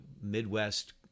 Midwest